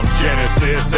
genesis